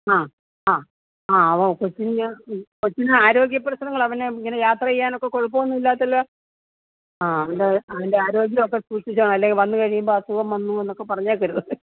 ആ ആ ആ ആ കൊച്ചിന് മ് കൊച്ചിന് ആരോഗ്യ പ്രശ്നങ്ങള് അവന് ഇങ്ങനെ യാത്ര ചെയ്യാനൊക്കെ കുഴപ്പമൊന്നുമില്ലാത്ത ആ അവൻ്റെ അവൻ്റെ ആരോഗ്യം ഒക്കെ സൂക്ഷിക്കണം അല്ലേൽ വന്ന് കഴിയുമ്പോള് അസുഖം വന്നു എന്നൊക്കെ പറഞ്ഞേക്കരുത്